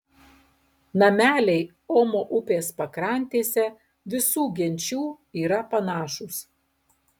nameliai omo upės pakrantėse visų genčių yra panašūs